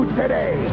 today